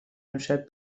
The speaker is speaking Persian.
امشب